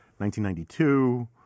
1992